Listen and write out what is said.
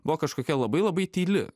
buvo kažkokia labai labai tyli